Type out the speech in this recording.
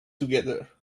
together